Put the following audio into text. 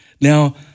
Now